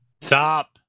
Stop